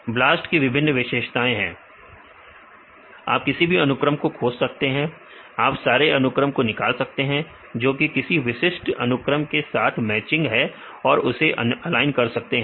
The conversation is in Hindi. सर्च टूल सही है BLAST के विभिन्न विशेषताएं क्या है विद्यार्थी आप कर सकते हैं सही है आप किसी भी अनुक्रम को खोज सकते हैं आप सारे अनुक्रम को निकाल सकते हैं जो कि किसी विशिष्ट अनुक्रम के साथ मैचिंग है और उसे ऑलाइन कर सकते हैं